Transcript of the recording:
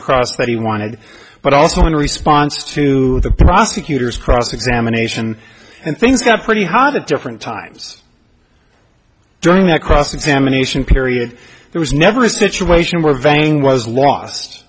across what he wanted but also in response to the prosecutor's cross examination and things got pretty hot at different times during that cross examination period there was never a situation where vang was lost